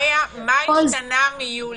איה, מה השתנה מיולי?